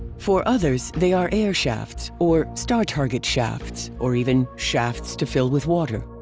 for others they are air shafts or star target shafts, or even shafts to fill with water.